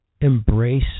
embrace